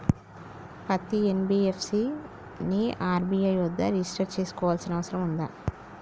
పత్తి ఎన్.బి.ఎఫ్.సి ని ఆర్.బి.ఐ వద్ద రిజిష్టర్ చేసుకోవాల్సిన అవసరం ఉందా?